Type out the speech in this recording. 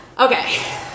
Okay